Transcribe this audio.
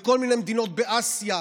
בכל מיני מדינות באסיה.